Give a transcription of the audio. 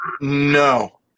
No